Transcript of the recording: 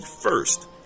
first